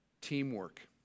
Teamwork